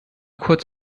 kurz